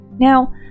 Now